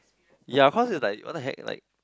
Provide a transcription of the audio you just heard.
ya cause it's like what the heck like